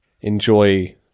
enjoy